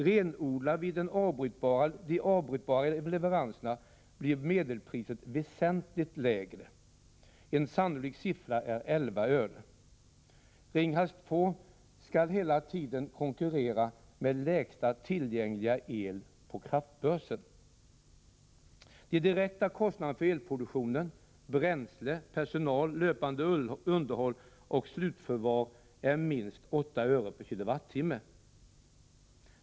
Renodlar vi de avbrytbara leveranserna blir medelpriset väsentligt lägre. En sannolik siffra är 11 öre. Ringhals 2 skall hela tiden konkurrera med billigaste tillgängliga el på kraftbörsen. De direkta kostnaderna för elproduktionen — bränsle, personal, löpande underhåll och slutförvar — är minst 8 öre/kWh.